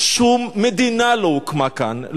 שום מדינה לא הוקמה כאן,